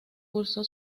cursó